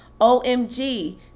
OMG